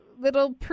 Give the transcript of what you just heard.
little